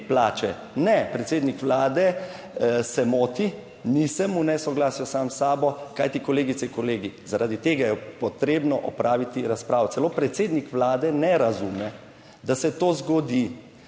Ne, predsednik Vlade se moti, nisem v nesoglasju sam s sabo, kajti, kolegice in kolegi, zaradi tega je potrebno opraviti razpravo - celo predsednik Vlade ne razume, da se to zgodi,